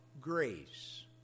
grace